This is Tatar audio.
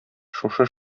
шушы